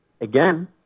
again